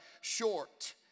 short